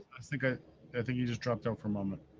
think, ah i think he just dropped out for a moment.